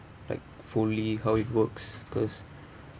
like fully how it works cause